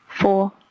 four